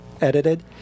edited